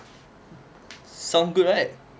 sound good eh